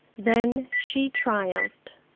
then she triumphed.